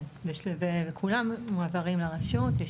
כן, וכולם מועברים לרשות ישירות לרחל.